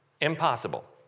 Impossible